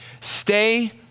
Stay